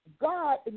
God